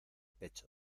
pecho